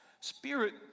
Spirit